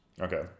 Okay